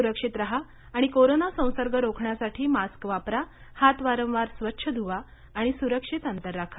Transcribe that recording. सुरक्षित राहा आणि कोरोना संसर्ग रोखण्यासाठी मास्क वापरा हात वारंवार स्वच्छ धुवा सुरक्षित अंतर ठेवा